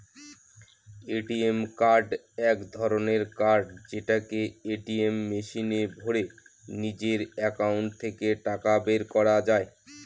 ATM card এক ধরনের card যেটাকে এটিএম মেশিনে ভোরে নিজের একাউন্ট থেকে টাকা বের করা যায়